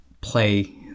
play